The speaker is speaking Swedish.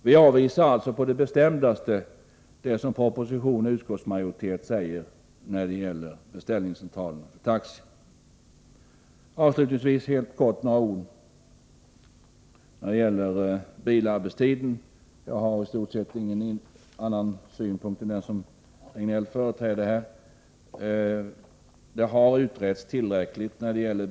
Vi avvisar mot denna bakgrund på det bestämdaste det som anförs i propositionen och av utskottsmajoriteten när det gäller beställningscentralerna för taxi. Avslutningsvis helt kort några ord om bilarbetstiden. Bilarbetstiden har utretts tillräckligt.